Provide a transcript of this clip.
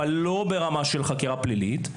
אבל לא ברמה של חקירה פלילית.